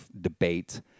debate